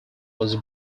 was